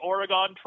Oregon